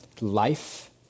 life